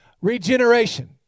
Regeneration